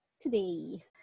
today